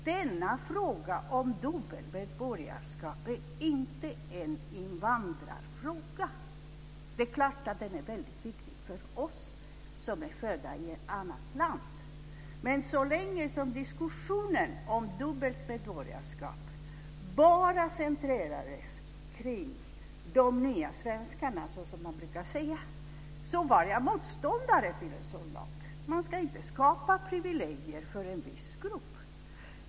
Denna fråga om dubbelt medborgarskap är inte en invandrarfråga. Det är klart att den är väldigt viktig för oss som är födda i ett annat land. Men så länge som diskussionen om dubbelt medborgarskap bara centrerades kring de nya svenskarna, som man brukar säga, var jag motståndare till en sådan lag. Man ska inte skapa privilegier för en viss grupp.